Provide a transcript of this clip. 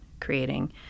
creating